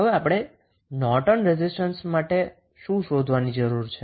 હવે આપણે Norton resistance માટે શું શોધવાની જરૂર છે